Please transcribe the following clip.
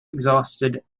exhausted